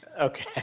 Okay